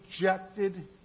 rejected